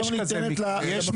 יש כזה מקרה --- סליחה.